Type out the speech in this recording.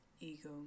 Ego